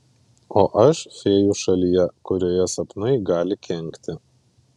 o aš fėjų šalyje kurioje sapnai gali kenkti